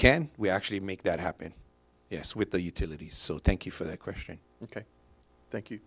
can we actually make that happen yes with the utility so thank you for that question ok thank you